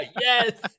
Yes